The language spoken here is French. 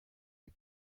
les